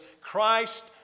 Christ